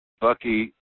Bucky